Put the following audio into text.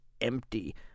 empty